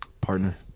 Partner